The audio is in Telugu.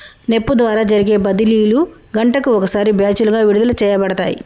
నెప్ప్ ద్వారా జరిపే నగదు బదిలీలు గంటకు ఒకసారి బ్యాచులుగా విడుదల చేయబడతాయి